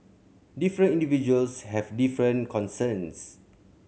different individuals have different concerns